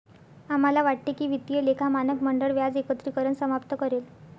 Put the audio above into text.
आम्हाला वाटते की वित्तीय लेखा मानक मंडळ व्याज एकत्रीकरण समाप्त करेल